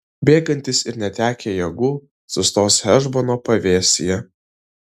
bėgantys ir netekę jėgų sustos hešbono pavėsyje